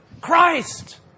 Christ